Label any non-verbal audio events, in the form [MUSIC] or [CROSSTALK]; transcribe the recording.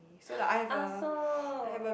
[NOISE] I also